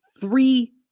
three